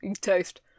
toast